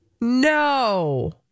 No